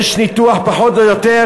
יש ניתוח, פחות או יותר,